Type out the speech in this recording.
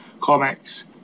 comics